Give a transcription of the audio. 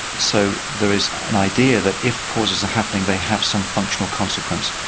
so there is an idea that if pauses are happening, they have some functional consequence.